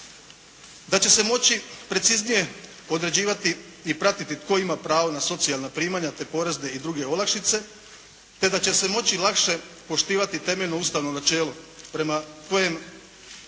da će se moći preciznije određivati i pratiti tko ima pravo na socijalna primanja, te porezne i druge olakšice, te da će se moći lakše poštivati temeljno ustavno načelo prema kojem